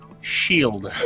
shield